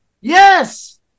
Yes